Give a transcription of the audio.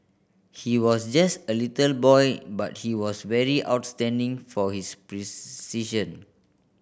he was just a little boy but he was very outstanding for his